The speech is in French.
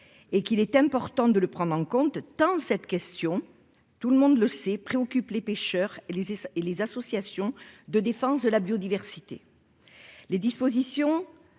et qu'il est important de le prendre en compte tant cette question tout le monde le sait préoccupe les pêcheurs Élysée et les associations de défense de la biodiversité, les dispositions